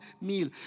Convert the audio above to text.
meal